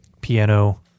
piano